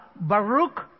Baruch